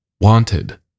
Wanted